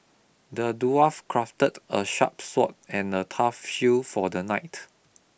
the dwarf crafted a sharp sword and a tough shield for the knight